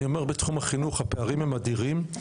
אני אומר שבתחום החינוך הפערים הם אדירים,